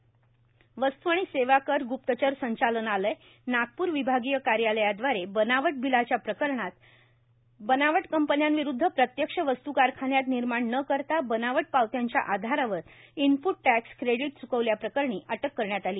वस्तू आणि सेवा कर डीडब्ल्यू वस्तू आणि सेवा कर ग्प्तचर संचालनालय नागपूर विभागीय कार्यालयाद्वारे बनावट बिलाच्या प्रकरणात बनावट कंपन्यांविरूद्ध प्रत्यक्ष वस्त् कारखान्यात निर्माण न करता बनावट पावत्याच्या आधारावर इनप्ट टॅक्स क्रेडीट च्कविल्या प्रकरणी अटक करण्यात आली